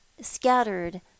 scattered